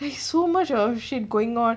it's so much of shit going on